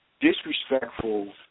disrespectful